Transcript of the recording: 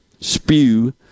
spew